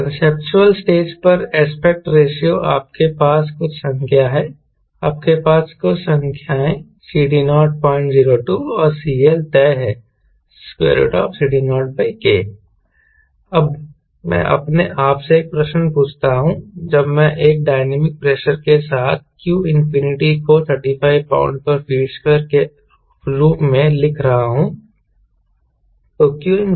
conceptual stage पर aspect रेशों आपके पास कुछ संख्या है आपके पास कुछ संख्याएँ CD0 002 और CL तय हैं CD0K अब मैं अपने आप से एक प्रश्न पूछता हूं जब मैं एक डायनामिक प्रेशर के साथ q इंफिनिटि को 35 lb ft2 के रूप में लिख रहा हूं